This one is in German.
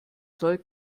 soll